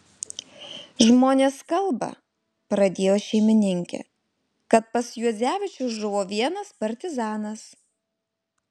žmonės kalba pradėjo šeimininkė kad pas juodzevičius žuvo vienas partizanas